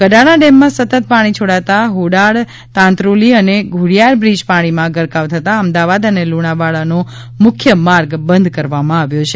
કડાણા ડેમમાં સતત પાણી છોડતા હોડાડ તાંતરોલી અને ઘોડિયાર બ્રીજ પાણીમાં ગરકાવ થતાં અમદાવાદ અને લુણાવાડાનો મુખ્ય માર્ગ બંધ કરવામાં આવ્યો છે